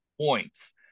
points